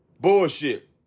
Bullshit